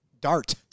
Dart